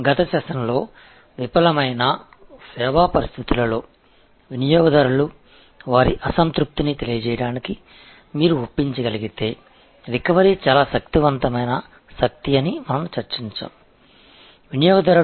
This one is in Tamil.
கடந்த அமர்வில் தோல்வியுற்ற சர்வீஸ் சூழ்நிலையில் வாடிக்கையாளரின் டிசேடிஸ்ஃபேக்ஷனை வெளிப்படுத்த நீங்கள் அவர்களை சமாதானப்படுத்த முடிந்தால் ரிகவரி மிகவும் சக்திவாய்ந்த சக்தி என்று நாம் விவாதித்தோம்